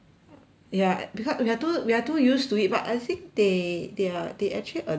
ya because we are too we are too used to it but I think they they are they actually allow